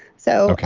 so,